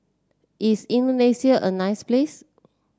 is Indonesia a nice place